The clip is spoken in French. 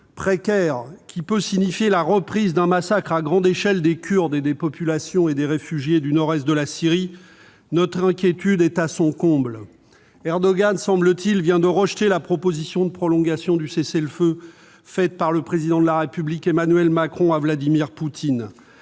précaire qui peut signifier la reprise d'un massacre à grande échelle des Kurdes et des populations et des réfugiés du nord-est de la Syrie, notre inquiétude est à son comble. Erdogan vient, semble-t-il, de rejeter la proposition de prolongation du cessez-le-feu faite par le Président de la République Emmanuel Macron à Vladimir Poutine.